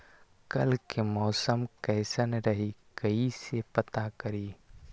कल के मौसम कैसन रही कई से पता करी?